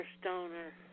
stoner